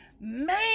man